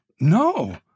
no